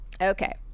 Okay